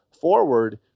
forward